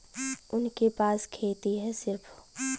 उनके पास खेती हैं सिर्फ